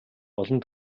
олон